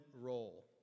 role